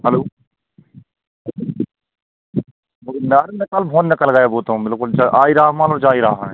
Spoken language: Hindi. हलो कल निकल गए वह तो बिल्कुल से आई रा मानो जाई रहा है